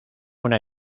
una